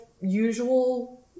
usual